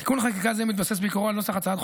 תיקון חקיקה זה מתבסס בעיקרו על נוסח הצעת חוק